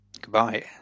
Goodbye